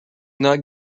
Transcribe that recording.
not